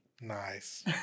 Nice